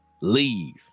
leave